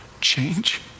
Change